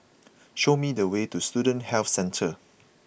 show me the way to Student Health Centre